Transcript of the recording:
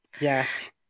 Yes